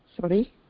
Sorry